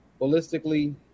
ballistically